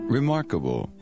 Remarkable